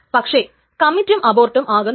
പക്ഷേ കമ്മിറ്റും അബോർട്ടും ആകുന്നില്ല